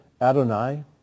Adonai